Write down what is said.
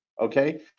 Okay